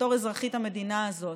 בתור אזרחית המדינה הזאת.